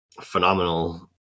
phenomenal